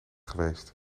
geweest